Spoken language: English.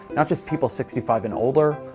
not just people sixty five and older.